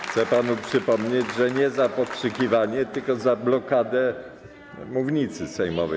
Chcę panu przypomnieć, że nie za pokrzykiwanie, tylko za blokadę mównicy sejmowej.